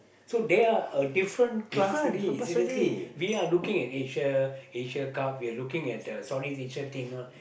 so they are a different class already seriously we are looking at Asia Asia-Cup we are looking at the Southeast-Asia thing all